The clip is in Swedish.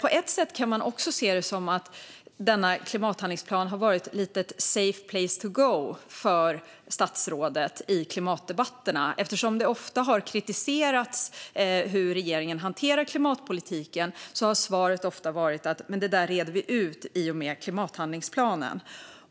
På ett sätt kan man se det som att klimathandlingsplanen har varit ett slags safe place to go för statsrådet i klimatdebatterna - det har ofta kritiserats hur regeringen hanterar klimatpolitiken, och då har svaret varit: Det där reder vi ut i och med klimathandlingsplanen.